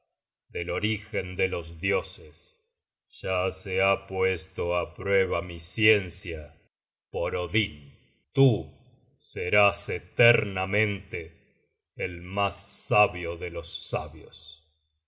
del orígen de los dioses ya se ha puesto á prueba mi ciencia por odin tú serás eternamente el mas sabio de los sabios